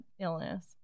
illness